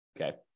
Okay